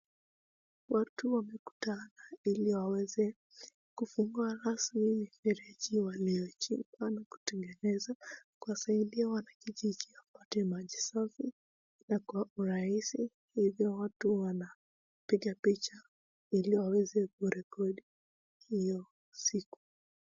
Watu wamekutana ili waweze kufungua rasmi mifereji waliyochimba na kutengeneza, kuwasaidia wanakijiji wapata maji safi na kwa urahisi, ila watu wanapiga picha ili waweze kurekodi hiyo siku.